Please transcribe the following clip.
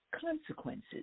consequences